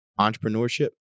entrepreneurship